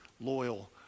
loyal